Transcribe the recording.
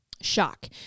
shock